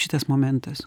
šitas momentas